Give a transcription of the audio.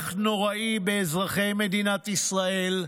טבח נוראי באזרחי מדינת ישראל,